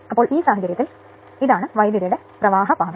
അതിനാൽ ഈ സാഹചര്യത്തിൽ ഇതാണ് വൈദ്യുതിയുടെ പ്രവാഹപാത